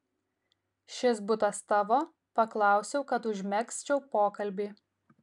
šis butas tavo paklausiau kad užmegzčiau pokalbį